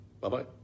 Bye-bye